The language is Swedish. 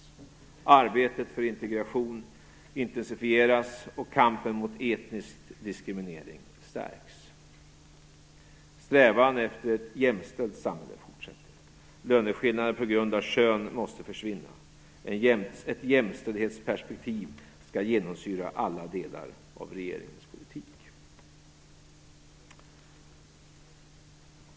Arbetet för integration intensifieras och kampen mot etnisk diskriminering stärks. Strävan efter ett jämställt samhälle fortsätter. Löneskillnader på grund av kön måste försvinna. Ett jämställdhetsperspektiv skall genomsyra alla delar av regeringens politik.